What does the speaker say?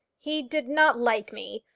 he did not like me.